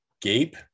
gape